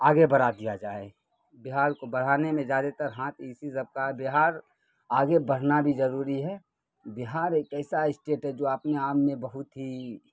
آگے بڑھا دیا جائے بہار کو بڑھانے میں زیادہ تر ہاتھ اسی سب کا ہے بہار آگے بڑھنا بھی ضروری ہے بہار ایک ایسا اسٹیٹ ہے جو اپنے آپ میں بہت ہی